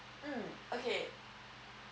mm okay